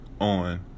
on